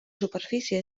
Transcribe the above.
superfície